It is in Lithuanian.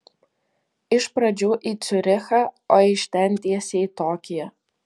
iš pradžių į ciurichą o iš ten tiesiai į tokiją